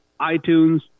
iTunes